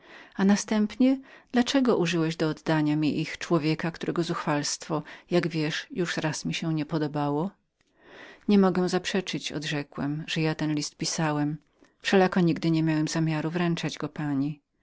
i następnie dla czego użyłeś do oddania mi ich tego człowieka którego zuchwalstwo jak wiesz już raz mi się nie podobało nie mogę zaprzeczyć odrzekłem że ja ten list pisałem wszelako nigdy nie miałem zamiaru wręczenia go pani